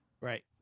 right